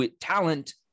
talent